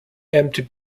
empty